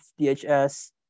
DHS